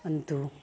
ಅಂತು